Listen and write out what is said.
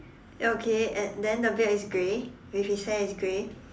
ya okay and then the beard is grey with his hair is grey